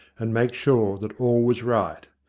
and make sure that all was right.